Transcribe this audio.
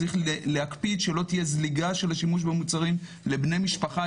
צריך להקפיד שלא תהיה זליגה של השימוש במוצרים לבני משפחה,